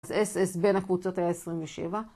אז SS בין הקבוצות היה עשרים ושבע